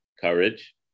courage